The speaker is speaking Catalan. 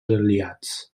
aliats